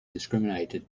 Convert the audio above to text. discriminated